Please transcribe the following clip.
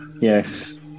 Yes